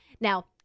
Now